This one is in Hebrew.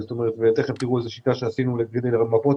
תכף תראו את השיטה שעשינו כדי למפות